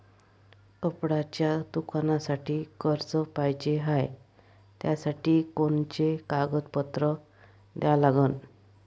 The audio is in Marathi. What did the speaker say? कपड्याच्या दुकानासाठी कर्ज पाहिजे हाय, त्यासाठी कोनचे कागदपत्र द्या लागन?